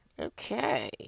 Okay